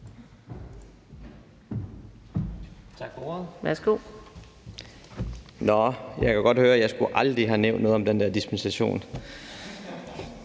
Tak for ordet. Jeg kan godt høre, at jeg aldrig skulle have nævnt noget om den der dispensation.